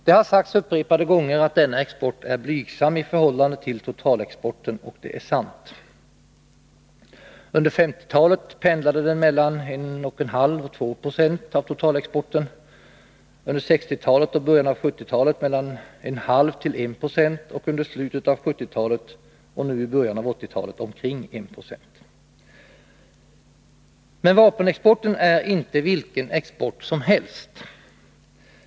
Det har upprepade gånger sagts att denna export är blygsam i förhållande till totalexporten, och det är sant. Under 1950-talet pendlade den mellan 1,5 och 2 20 av totalexporten, under 1960-talet och början av 1970-talet mellan 0,5 och 1 26, och under slutet av 1970-talet; nu i början av 1980-talet är den uppe i omkring 1 40 Vapenexporten är emellertid inte vilken export som helst.